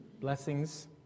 Blessings